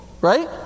right